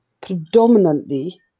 predominantly